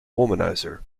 womanizer